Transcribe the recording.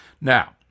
Now